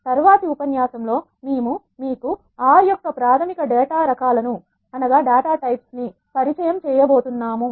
తర్వాతి ఉపన్యాసంలో మేము మీకు R యొక్క ప్రాథమిక డేటా రకాలను పరిచయం చేయబోతున్నాము